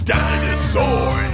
Dinosaur